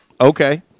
okay